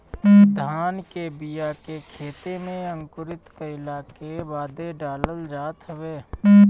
धान के बिया के खेते में अंकुरित कईला के बादे डालल जात हवे